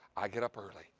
i get up early,